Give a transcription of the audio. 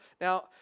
Now